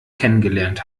kennengelernt